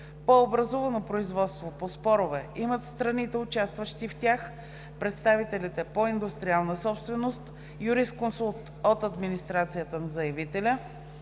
по образувано производство по спорове имат страните, участващи в тях, представителите по индустриална собственост, юрисконсулт от администрацията на заявителя,